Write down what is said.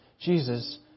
Jesus